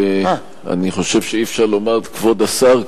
אני חושב שאי-אפשר לומר "כבוד השר",